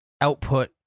output